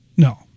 No